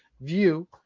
view